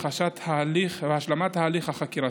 החשה והשלמה של ההליך החקירתי.